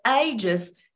ages